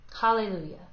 Hallelujah